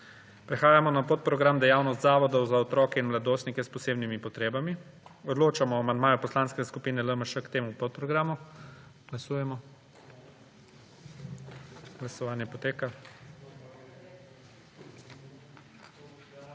Prehajamo na podprogram Dejavnost zavodov za otroke in mladostnike s posebnimi potrebami. Odločamo o amandmaju poslanske skuine LMŠ k temu podprogramu. Glasujemo. Navzočih je 88 poslank